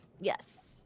Yes